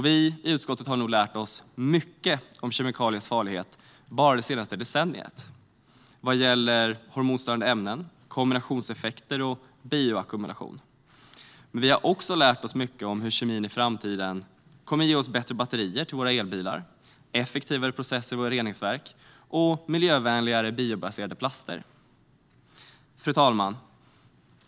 Vi i utskottet har nog lärt oss mycket om kemikaliers farlighet bara det senaste decenniet, till exempel vad gäller hormonstörande ämnen, kombinationseffekter och bioackumulation. Vi har också lärt oss mycket om hur kemin i framtiden kommer att ge oss bättre batterier till våra elbilar, effektivare processer i våra reningsverk och miljövänligare biobaserade plaster. Fru talman!